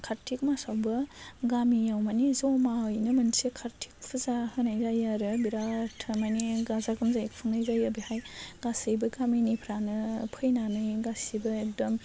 कार्तिक मासावबो गामियाव मानि ज'मायैनो मोनसे कार्तिक फुजा होनाय जायो आरो बिराद थारमाने गाजा गोमजायै खुंनाय जायो बेहाय गासैबो गामिनिफ्रानो फैनानै गासिबो एगदम